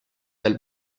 dal